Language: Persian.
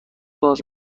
باز